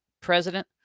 President